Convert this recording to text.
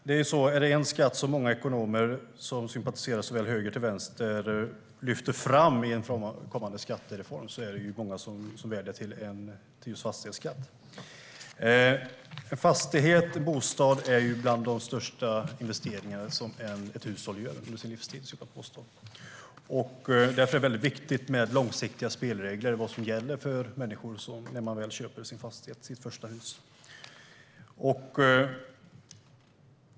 Herr talman! Är det en skatt som många ekonomer, sympatisörer till såväl höger som vänster, lyfter fram i en kommande skattereform är det just en fastighetsskatt. En investering i en fastighet eller bostad är bland de största investeringar som ett hushåll gör under sin livstid, skulle jag påstå. Därför är det väldigt viktigt med långsiktiga spelregler och att människor vet vad som gäller när de köper sin fastighet eller sitt första hus.